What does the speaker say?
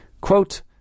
Quote